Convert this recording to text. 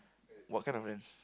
what kind of friends